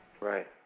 right